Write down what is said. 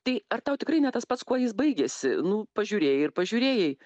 tai ar tau tikrai ne tas pats kuo jis baigėsi nu pažiūrėjai ir pažiūrėjai